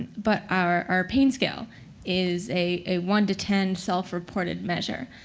but our our pain scale is a one to ten, self-reported measure.